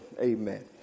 amen